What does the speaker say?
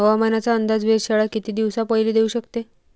हवामानाचा अंदाज वेधशाळा किती दिवसा पयले देऊ शकते?